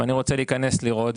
ואני רוצה להיכנס לראות.